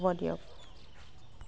হ'ব দিয়ক